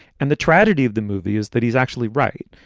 and the tragedy of the movie is that he's actually right.